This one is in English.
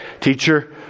Teacher